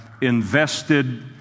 invested